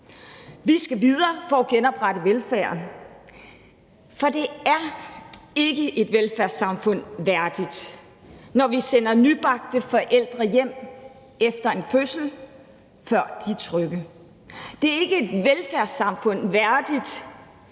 Vi skal videre for at genoprette velfærden, for det er ikke et velfærdssamfund værdigt, når vi sender nybagte forældre hjem efter en fødsel, før de er trygge; det er ikke et velfærdssamfund værdigt,